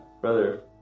Brother